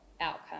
outcome